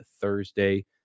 Thursday